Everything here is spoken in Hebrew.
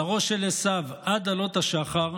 שרו של עשיו, עד עלות השחר,